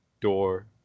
door